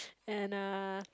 and a